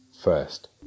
first